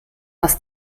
was